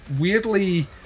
weirdly